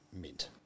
mint